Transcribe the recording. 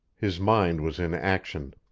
his mind was in action.